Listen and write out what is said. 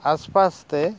ᱟᱥᱯᱟᱥ ᱛᱮ